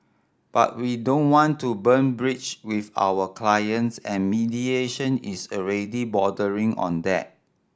but we don't want to burn bridge with our clients and mediation is already bordering on that